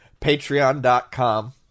patreon.com